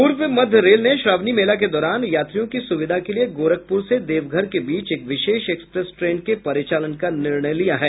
पूर्व मध्य रेल ने श्रावणी मेला के दौरान यात्रियों की सुविधा के लिए गोरखपुर से देवघर के बीच एक विशेष एक्सप्रेस ट्रेन के परिचालन का निर्णय लिया है